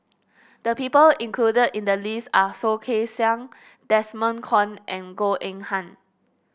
the people included in the list are Soh Kay Siang Desmond Kon and Goh Eng Han